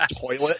toilet